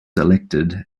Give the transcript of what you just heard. elected